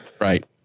Right